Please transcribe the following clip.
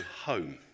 home